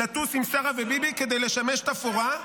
לטוס עם שרה וביבי כדי לשמש תפאורה.